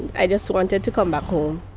i just wanted to come back home